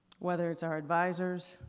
whether it's our advisers,